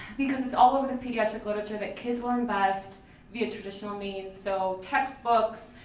because it's all over the pediatric literature that kids learn best via traditional means. so textbooks,